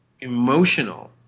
emotional